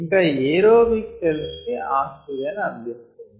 ఇంకా aerobic cells కి oxygen అందిస్తుంది